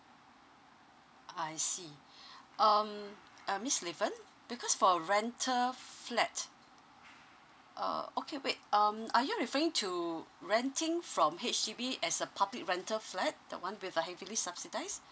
I see um uh miss li wen because for rental f~ flat uh okay wait um are you referring to renting from H_D_B as a public rental flat the one with the heavily subsidised